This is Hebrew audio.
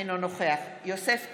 אינו נוכח יוסף טייב,